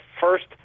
first